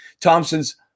Thompson's